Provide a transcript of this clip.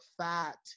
fat